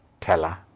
teller